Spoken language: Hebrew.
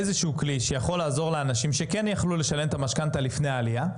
שיכול לעזור לאנשים שכן יכלו לשלם את המשכנתא לפני העלייה,